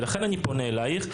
ולכן אני פונה אלייך,